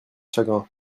chagrin